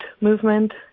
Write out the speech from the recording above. movement